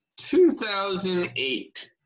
2008